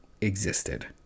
existed